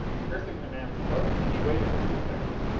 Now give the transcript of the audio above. cursing the man's slowness, he waited a few seconds.